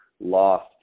lost